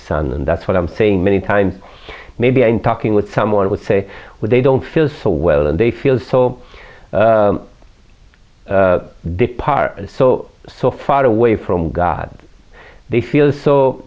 son and that's what i'm saying many times maybe in talking with someone would say when they don't feel so well and they feel so departed so so far away from god they feel so